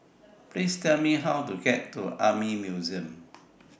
Please Tell Me How to get to Army Museum